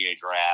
draft